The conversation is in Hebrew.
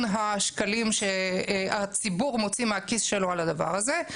השקלים שהציבור מוציא מהכיס שלו על הדבר הזה.